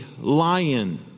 lion